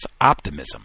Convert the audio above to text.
optimism